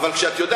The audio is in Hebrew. אבל את יודעת,